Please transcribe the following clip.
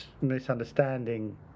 Misunderstanding